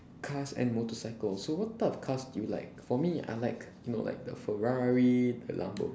cars and motorcycles so what type of cars do you like for me I like you know like the ferrari the lambo~